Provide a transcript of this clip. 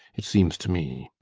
it seems to me.